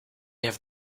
have